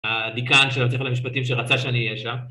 הדיקן של בית הספר למשפטים שרצה שאני אהיה שם